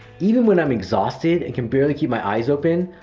even when i'm exhausted and can barely keep my eyes open,